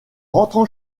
rentrant